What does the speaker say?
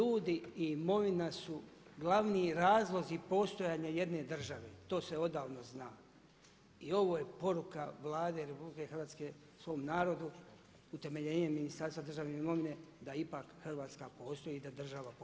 Ljudi i imovina su glavni razlozi postojanja jedne države, to se odavno zna i ovo je poruka Vlade RH svom narodu utemeljenjem Ministarstva državne imovine da ipak Hrvatska postoji i da država postoji.